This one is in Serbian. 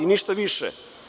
Ništa više.